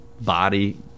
body